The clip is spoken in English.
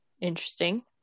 Interesting